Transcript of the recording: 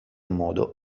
modo